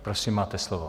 Prosím, máte slovo.